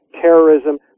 terrorism